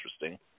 interesting